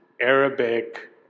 Arabic